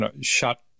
shut